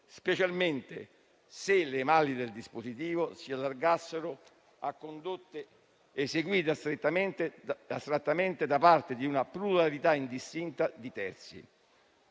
specialmente se le maglie del dispositivo si allargassero a condotte eseguite astrattamente da parte di una pluralità indistinta di terzi.